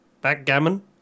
Backgammon